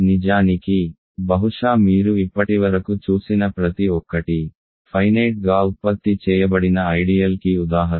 నిజానికి బహుశా మీరు ఇప్పటివరకు చూసిన ప్రతి ఒక్కటీ ఫైనేట్ గా ఉత్పత్తి చేయబడిన ఐడియల్ కి ఉదాహరణ